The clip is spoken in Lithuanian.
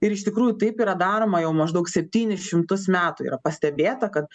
ir iš tikrųjų taip yra daroma jau maždaug septynis šimtus metų yra pastebėta kad